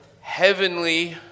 heavenly